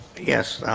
yes,